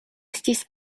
estis